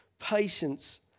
Patience